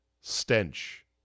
stench